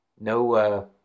no